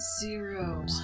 Zero